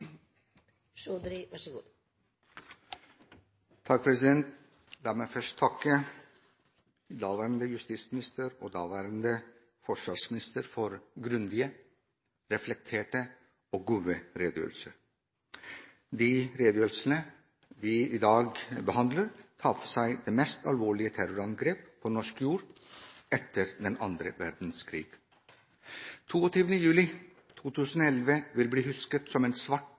daværende forsvarsminister for grundige, reflekterte og gode redegjørelser. De redegjørelsene vi i dag behandler, tar for seg det mest alvorlige terrorangrepet på norsk jord etter annen verdenskrig. Den 22. juli 2011 vil bli husket som en svart